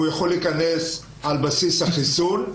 והוא יכול להיכנס על בסיס החיסון,